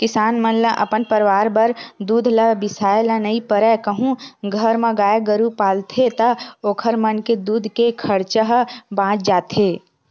किसान मन ल अपन परवार बर दूद ल बिसाए ल नइ परय कहूं घर म गाय गरु पालथे ता ओखर मन के दूद के खरचा ह बाच जाथे